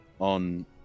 on